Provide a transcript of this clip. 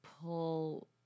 pull